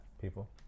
people